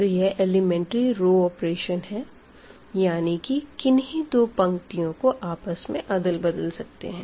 तो यह elementary row operation है यानी कि किन्ही दो रो को आपस में अदल बदल सकते है